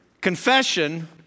confession